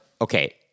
okay